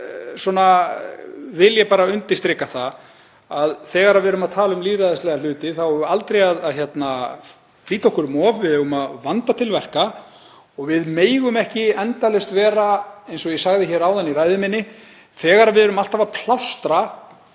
vegna vil ég bara undirstrika það að þegar við erum að tala um lýðræðislega hluti þá eigum við aldrei að flýta okkur um of. Við eigum að vanda til verka og við megum ekki endalaust vera að plástra. Eins og ég sagði áðan í ræðu minni: þegar við erum alltaf að plástra